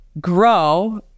grow